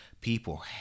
People